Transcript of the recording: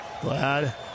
Glad